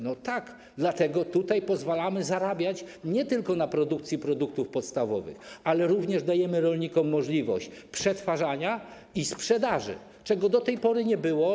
No tak, dlatego tutaj pozwalamy zarabiać nie tylko na wytwarzaniu produktów podstawowych, ale dajemy rolnikom również możliwość przetwarzania i sprzedaży, czego do tej pory nie było.